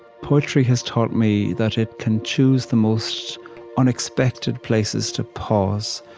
poetry has taught me that it can choose the most unexpected places to pause.